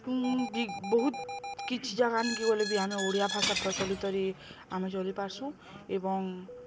ବହୁତ କିଛି ଜାଗା ନିକେ ଗଲେ ବି ଆମେ ଓଡ଼ିଆ ଭାଷା ପ୍ରଚଲିତରେ ଆମେ ଚଲିପାର୍ସୁଁ ଏବଂ